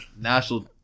national